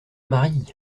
mari